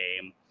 game